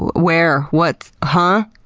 where? what? huh?